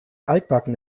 altbacken